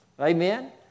Amen